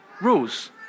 rules